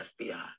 FBI